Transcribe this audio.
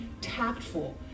tactful